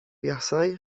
buasai